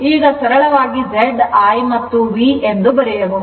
ಈಗ ಸರಳವಾಗಿ Z I ಮತ್ತು V ಎಂದು ಬರೆಯಬಹುದು